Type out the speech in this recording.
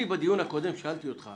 בדיון הקודם שאלתי אותך